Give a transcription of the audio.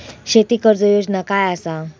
शेती कर्ज योजना काय असा?